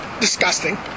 disgusting